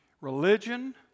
Religion